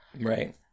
Right